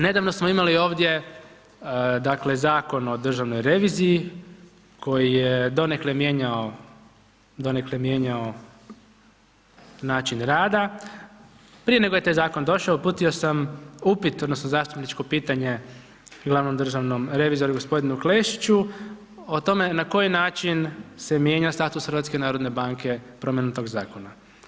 Nedavno smo imali ovdje, dakle, Zakon o državnoj reviziji, koji je donekle mijenjao način rada, prije nego je taj zakon došao uputio sam upit, odnosno zastupničko pitanje glavnom državnom revizoru g. Klešiću o tome na koji način se mijenja status HNB-a promjenom tog zakona.